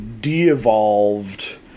de-evolved